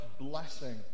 blessing